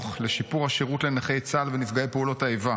ארוך לשיפור השירות לנכי צה"ל ונפגעי פעולות האיבה.